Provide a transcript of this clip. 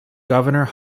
governor